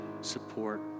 support